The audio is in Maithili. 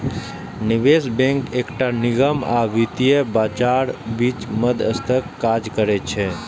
निवेश बैंक एकटा निगम आ वित्तीय बाजारक बीच मध्यस्थक काज करै छै